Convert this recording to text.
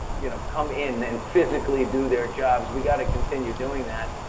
you know, come in and physically do their jobs. we gotta continue doing that.